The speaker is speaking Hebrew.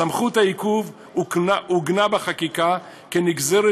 סמכות העיכוב עוגנה בחקיקה כנגזרת,